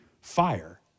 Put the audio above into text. fire